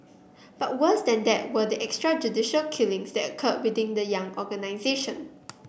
but worse than that were the extrajudicial killings that occurred within the young organisation